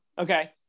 Okay